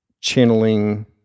channeling